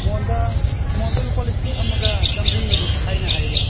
ꯃꯣꯟꯗ ꯃꯣꯟꯗ ꯂꯨꯄꯥ ꯂꯤꯁꯤꯡ ꯑꯃꯒ ꯆꯥꯝꯃꯔꯤꯃꯨꯛꯀ ꯍꯥꯏꯅꯩ ꯍꯥꯏꯌꯦ